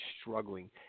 struggling